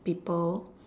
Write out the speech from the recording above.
people